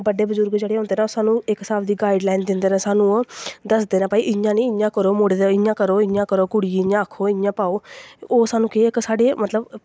बड्डे बजुर्ग जेह्ड़े होंदे ना सानूं इक स्हाब दी गाईड़ लाईन दिंदे न सानूं ओह् दसदे न इ'यां नेईं इ'यां करो मुड़े दे इ'यां करो कुड़ी गी इ'यां आक्खो इ'यां पाओ ओह् सानूं केह् इक साढ़े मतलब